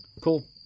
Cool